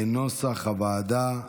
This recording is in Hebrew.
כנוסח הוועדה.